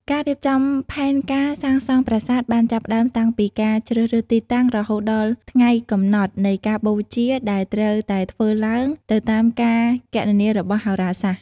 ការរៀបចំផែនការសាងសង់ប្រាសាទបានចាប់ផ្តើមតាំងពីការជ្រើសរើសទីតាំង រហូតដល់ថ្ងៃកំណត់នៃការបូជាដែលត្រូវតែធ្វើឡើងទៅតាមការគណនារបស់ហោរាសាស្ត្រ។